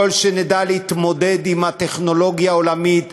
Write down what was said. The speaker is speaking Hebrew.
ככל שנדע להתמודד עם הטכנולוגיה העולמית,